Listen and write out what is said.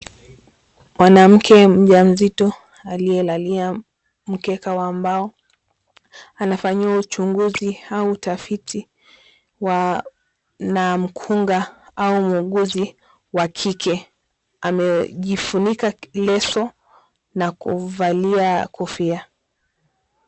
Mwanamke mjamzito, aliyelalia mkeka wa mbao anafanyiwa uchunguzi au utafiti na mkunga au muuguzi wa kike. Amejifunika leso na kuvalia kofia.